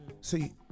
See